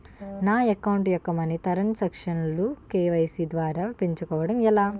నా అకౌంట్ యెక్క money transaction లు కే.వై.సీ ద్వారా పెంచుకోవడం ఎలా?